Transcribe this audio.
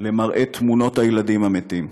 למראה תמונות הילדים המתים.